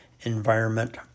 environment